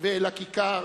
ואל הכיכר,